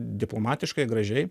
diplomatiškai gražiai